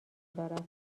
دارد